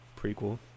Prequel